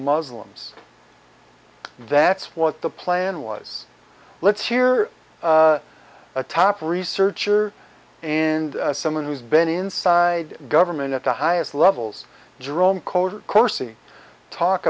muslims that's what the plan was let's hear a top researcher and someone who's been inside government at the highest levels